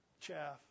chaff